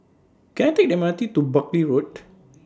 Can I Take M R T to Buckley Road